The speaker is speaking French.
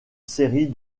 série